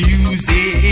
Music